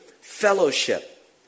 fellowship